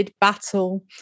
battle